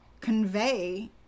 convey